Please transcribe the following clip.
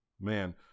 man